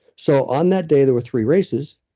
so, on that day, there were three races,